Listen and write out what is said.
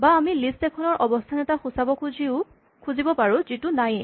বা আমি লিষ্ট এখনৰ অৱস্হান এটা সূচাব খুজিব পাৰোঁ যিটো নায়েই